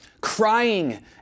crying